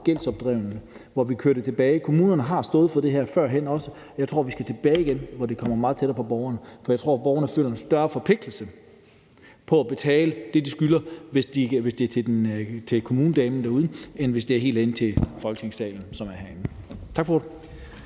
gældsinddrivelse, hvor vi kører det tilbage. Kommunerne har stået for det her førhen, og jeg tror, vi skal tilbage til der, hvor det kommer meget tættere på borgerne, for jeg tror, borgerne føler en større forpligtelse til at betale det, de skylder, hvis de taler med kommunedamen derude, end hvis det kommer helt herinde fra Folketingssalen. Tak for ordet.